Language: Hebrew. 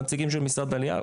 נציגים של משרד העלייה,